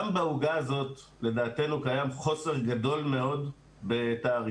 גם בעוגה הזאת לדעתנו קיים חוסר גדול מאוד בתעריפים.